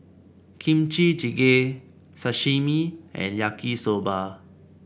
Kimchi Jjigae Sashimi and Yaki Soba